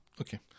Okay